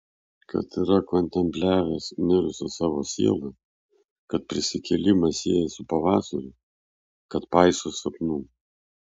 kad yra kontempliavęs mirusią savo sielą kad prisikėlimą sieja su pavasariu kad paiso sapnų